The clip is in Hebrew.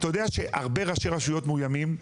אתה יודע שהרבה ראשי רשויות מאוימים.